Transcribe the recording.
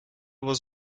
was